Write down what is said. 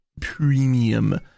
premium